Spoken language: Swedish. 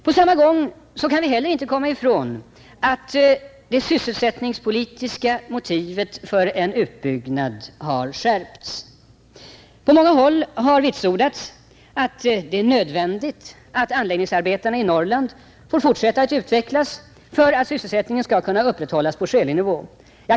På samma gång kan vi heller inte komma ifrån att det sysselsättningspolitiska motivet för en utbyggnad har skärpts. På många håll har vitsordats att det är nödvändigt att anläggningsarbetena i Norrland får fortsätta att utvecklas för att sysselsättningen skall kunna upprätthållas på skälig nivå.